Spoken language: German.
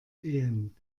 ehen